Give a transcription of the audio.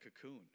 cocoon